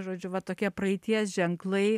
žodžiu va tokie praeities ženklai